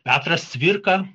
petras cvirka